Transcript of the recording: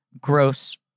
gross